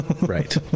Right